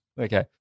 Okay